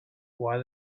why